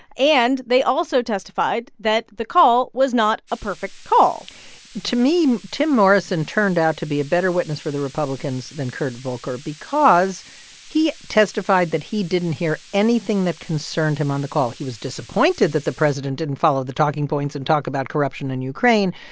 and they also testified that the call was not a perfect call to me, tim morrison turned out to be a better witness for the republicans than kurt volker because he testified that he didn't hear anything that concerned him on the call. he was disappointed that the president didn't follow the talking points and talk about corruption in ukraine,